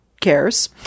cares